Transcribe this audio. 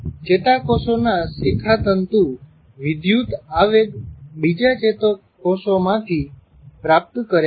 ચેતાકોષોના શિખાતંતુ વિદ્યુત આવેગ બીજા ચેતાકોષો માંથી પ્રાપ્ત કરે છે